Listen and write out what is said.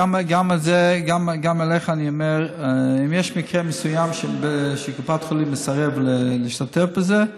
גם לך אני אומר שאם יש מקרה מסוים שקופת חולים מסרבת להשתתף בזה,